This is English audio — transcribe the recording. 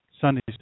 Sunday's